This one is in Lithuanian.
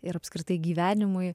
ir apskritai gyvenimui